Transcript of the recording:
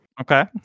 Okay